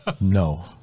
no